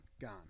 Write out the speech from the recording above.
gone